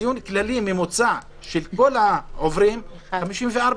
הציון הכללי הממוצע של כל העוברים זה 54,